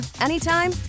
anytime